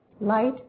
light